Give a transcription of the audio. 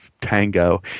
tango